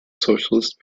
socialist